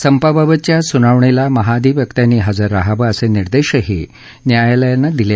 संपाबाबतच्या सुनावणीला महाधिवक्त्यंनी हजर रहावं असे निर्देशही न्यायालयानं दिले